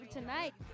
tonight